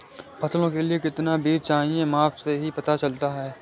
फसलों के लिए कितना बीज चाहिए माप से ही पता चलता है